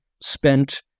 spent